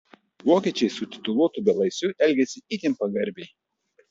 vokiečiai su tituluotu belaisviu elgėsi itin pagarbiai